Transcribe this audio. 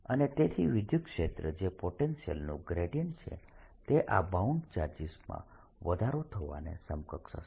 અને તેથી વિદ્યુતક્ષેત્ર જે પોટેન્શિયલનું ગ્રેડિયન્ટ છે તે આ બાઉન્ડ ચાર્જીસમાં વધારો થવાને સમકક્ષ હશે